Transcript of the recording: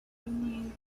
only